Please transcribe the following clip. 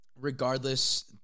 regardless